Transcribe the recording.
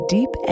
Deep